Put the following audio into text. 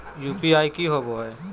UPI की होबो है?